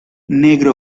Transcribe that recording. negro